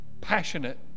passionate